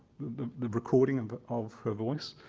the the recording of of her voice.